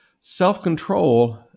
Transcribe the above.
self-control